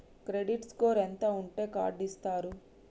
Credit score ఎంత ఉంటే card ఇస్తారు?